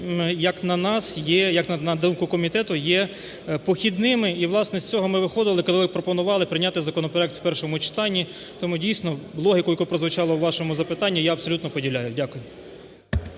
як на нас, є, як на думку комітету, є похідними. І власне, з цього ми виходили, коли пропонували прийняти законопроект у першому читанні. Тому дійсно логіку, яка прозвучала у вашому запитанні, я абсолютно поділяю. Дякую.